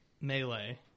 melee